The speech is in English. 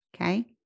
Okay